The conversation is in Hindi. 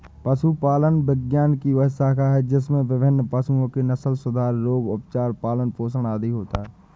पशुपालन विज्ञान की वह शाखा है जिसमें विभिन्न पशुओं के नस्लसुधार, रोग, उपचार, पालन पोषण आदि होता है